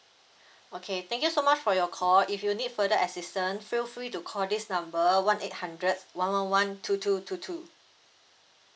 okay thank you so much for your call if you need further assistant feel free to call this number one eight hundred one one one two two two two